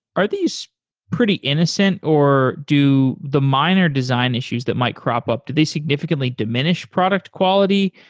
are these pretty innocent, or do the minor design issues that might crop up, do they significantly diminish product quality?